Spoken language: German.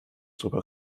drüber